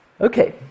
Okay